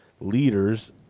leaders